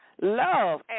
love